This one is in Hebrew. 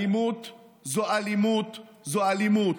אלימות זו אלימות זו אלימות.